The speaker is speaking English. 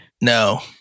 No